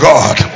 God